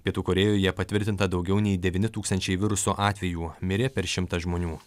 pietų korėjoje patvirtinta daugiau nei devyni tūkstančiai viruso atvejų mirė per šimtą žmonių